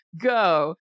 go